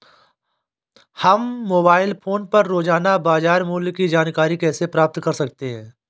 हम mobile phone पर रोजाना बाजार मूल्य की जानकारी कैसे प्राप्त कर सकते हैं?